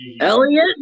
Elliot